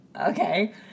okay